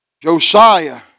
Josiah